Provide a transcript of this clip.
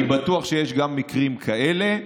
אני בטוח שיש גם מקרים כאלה,